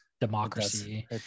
democracy